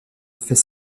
fait